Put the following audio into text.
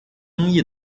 争议